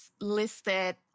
listed